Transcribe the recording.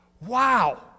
Wow